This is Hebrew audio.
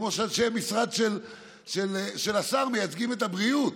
כמו שאנשי המשרד של השר מייצגים את הבריאות.